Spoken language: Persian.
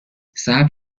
صبر